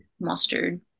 mustard